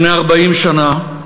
לפני 40 שנה,